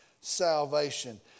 salvation